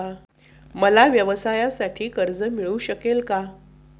मला व्यवसायासाठी कर्ज मिळू शकेल का?